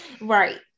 right